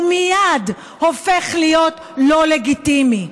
הוא מייד הופך להיות לא לגיטימי.